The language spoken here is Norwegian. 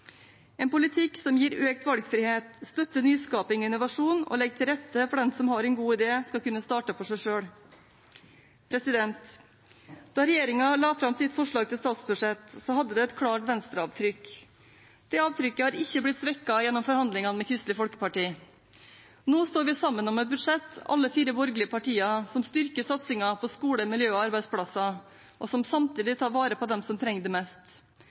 en politikk som gir økt valgfrihet, støtter nyskaping og innovasjon, og legger til rette for at den som har en god idé, skal kunne starte for seg selv. Da regjeringen la fram sitt forslag til statsbudsjett, hadde det et klart Venstre-avtrykk. Det avtrykket har ikke blitt svekket gjennom forhandlingene med Kristelig Folkeparti. Nå står vi sammen om et budsjett – alle de fire borgerlige partiene – som styrker satsingen på skole, miljø og arbeidsplasser, og som samtidig tar vare på dem som trenger det mest.